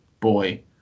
boy